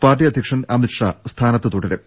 party അധ്യക്ഷൻ അമിത്ഷാ സ്ഥാനത്ത് തുട രും